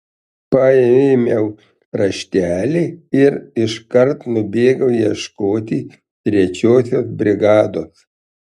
paėmiau raštelį ir iškart nubėgau ieškoti trečiosios brigados